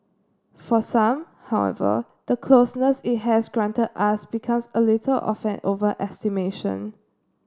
for some however the closeness it has granted us becomes a little of an overestimation